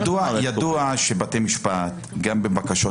ידוע לגבי בתי משפט שדנים גם בבקשות